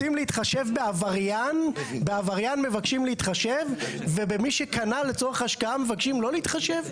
בעבריין מבקשים להתחשב ובמי שקנה לצורך השקעה מבקשים לא להתחשב?